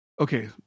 okay